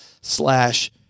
slash